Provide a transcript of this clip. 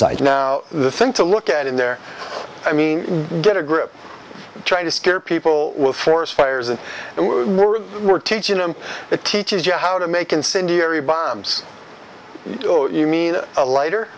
site now the thing to look at in there i mean get a grip trying to scare people with forest fires and we're teaching them it teaches you how to make incendiary bombs oh you mean a lighter